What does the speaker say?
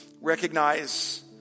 recognize